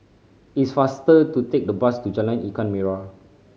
it's faster to take the bus to Jalan Ikan Merah